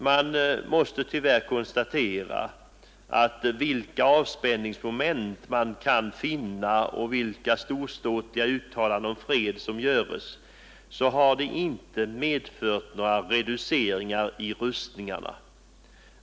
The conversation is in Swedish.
Man måste tyvärr konstatera att vilka avspänningsmoment man än kan finna och vilka storståtliga uttalanden om fred som än göres så har de inte medfört några reduceringar i rustningarna.